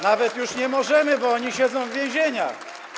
Nawet już nie możemy, bo oni siedzą w więzieniach.